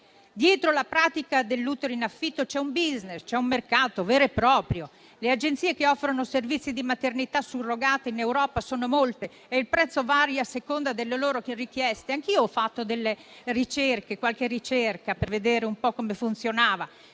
Dietro la pratica dell'utero in affitto c'è un *business*, un mercato vero e proprio. Le agenzie che offrono servizi di maternità surrogata in Europa sono molte e il prezzo varia a seconda delle loro richieste. Anch'io ho fatto qualche ricerca per vedere un po' come funzionava: